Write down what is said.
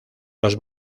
los